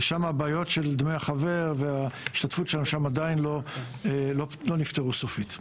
ושם הבעיות של דמי החבר והשתתפות שלנו עדיין לא נפתרו סופית.